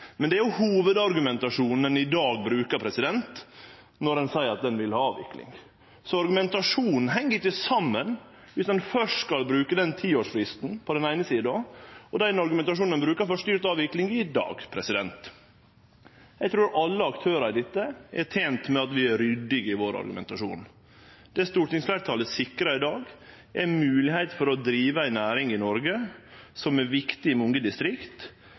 men det er hovudargumentasjonen ein i dag brukar når ein seier at ein vil ha avvikling. Så argumentasjonen heng ikkje saman dersom ein først skal bruke den tiårsfristen på den eine sida og den argumentasjonen ein brukar for styrt avvikling i dag. Eg trur alle aktørane i dette er tente med at vi er ryddige i vår argumentasjon. Det stortingsfleirtalet sikrar i dag, er moglegheit for å drive ei næring i Noreg som er viktig i mange distrikt,